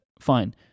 Fine